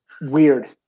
weird